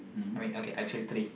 I mean okay I choose three